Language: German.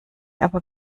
aber